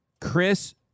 Chris